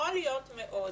יכול להיות מאוד